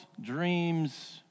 dreams